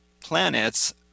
planets